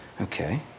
okay